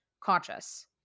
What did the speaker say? conscious